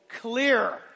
clear